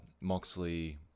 Moxley